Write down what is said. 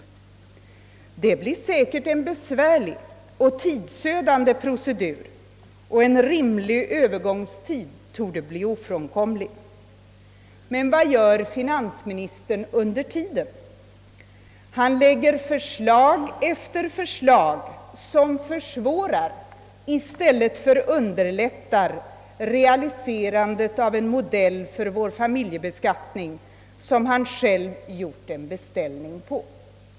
Det blir säkert en besvärlig och tidsödande procedur, och en rimlig övergångstid torde bli ofrånkoralig. Vad gör finansministern under tiden? Jo, han lägger förslag efter förslag, som försvårar i stället för underlättar realiserandet av en modell för vår familjebeskattning, som han själv har gjort en beställning på.